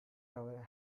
tower